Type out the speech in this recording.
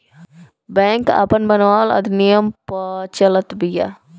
bank आपन बनावल अधिनियम पअ चलत बिया